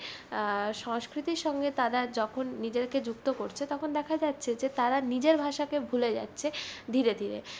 সংস্কৃতির সঙ্গে তারা যখন নিজেকে যুক্ত করছে তখন দেখা যাচ্ছে যে তারা নিজের ভাষাকে ভুলে যাচ্ছে ধীরে ধীরে